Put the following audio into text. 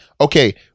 Okay